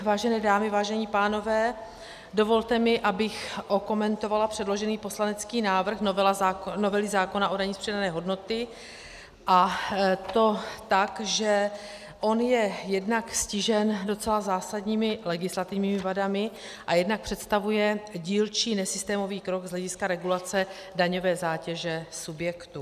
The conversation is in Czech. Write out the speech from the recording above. Vážené dámy, vážení pánové, dovolte mi, abych okomentovala předložený poslanecký návrh novely zákona o dani z přidané hodnoty, a to tak, že on je jednak ztížen docela zásadními legislativními vadami a jednak představuje dílčí nesystémový krok z hlediska regulace daňové zátěže subjektů.